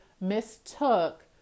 mistook